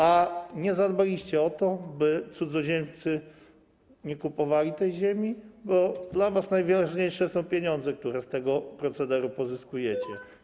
A nie zadbaliście o to, by cudzoziemcy nie kupowali tej ziemi, bo dla was najważniejsze są pieniądze, które z tego procederu pozyskujecie.